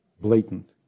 blatant